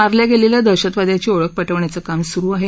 मारल्या गेलेल्या दहशतवाद्याची ओळख पटवण्याचं काम सुरु आहे